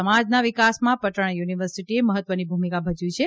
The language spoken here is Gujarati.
સમાજના વિકાસમાં પટણા યુનિવર્સીટીએ મહત્વની ભુમિકા ભજવી છે